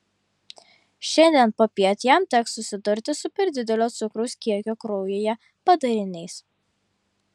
šiandien popiet jam teks susidurti su per didelio cukraus kiekio kraujyje padariniais